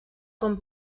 com